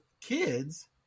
kids